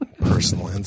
Personal